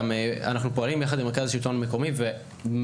אנחנו פועלים יחד עם מרכז השלטון המקומי ובעיקר